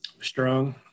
Strong